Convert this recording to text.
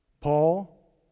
Paul